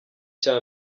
cya